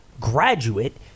graduate